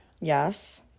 Yes